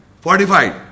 fortified